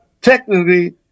Technically